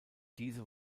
diese